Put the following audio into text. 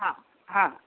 हां हां